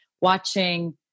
watching